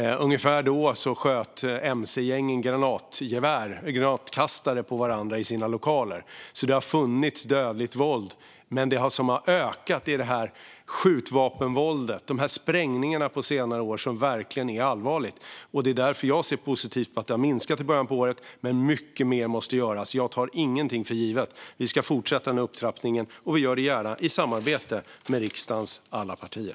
Ungefär då sköt mc-gängen med granatgevär och granatkastare på varandra och varandras lokaler, så det har funnits dödligt våld. Det som har ökat på senare år är skjutvapenvåldet och sprängningarna. Det är verkligen allvarligt, och det är därför jag ser det som positivt att det har minskat i början av året. Men mycket mer måste göras, och jag tar inget för givet. Vi ska fortsätta upptrappningen, och vi gör det gärna i samarbete med riksdagens alla partier.